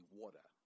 water